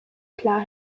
klar